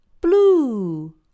Blue